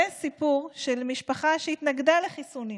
זה סיפור של משפחה שהתנגדה לחיסונים,